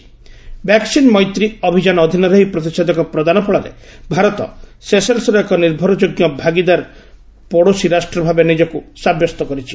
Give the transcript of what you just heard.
'vaccine Maitri' ଅଭିଯାନ ଅଧୀନରେ ଏହି ପ୍ରତିଷେଧକ ପ୍ରଦାନ ଫଳରେ ଭାରତ ସେସେଲ୍ସ୍ର ଏକ ନିର୍ଭରଯୋଗ୍ୟ ଭାଗିଦାର ପଡ଼ୋଶୀ ରାଷ୍ଟ୍ର ଭାବେ ନିଜକୁ ସାବ୍ୟସ୍ତ କରିଛି